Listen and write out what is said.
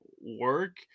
work